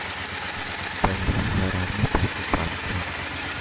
पहिले हर आदमी पसु पालत रहल